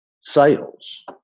sales